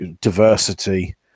diversity